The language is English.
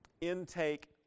intake